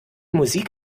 musik